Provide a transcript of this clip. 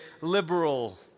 liberal